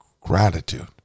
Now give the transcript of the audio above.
gratitude